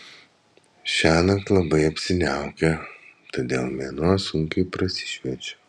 šiąnakt labai apsiniaukę todėl mėnuo sunkiai prasišviečia